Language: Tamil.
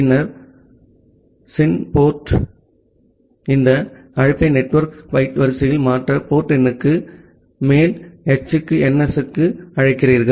பின்னர் சின்ம் போர்ட் ல் இந்த அழைப்பை நெட்வொர்க் பைட் வரிசையில் மாற்ற போர்ட் எண்ணுக்கு மேல் h க்கு ns க்கு அழைக்கிறீர்கள்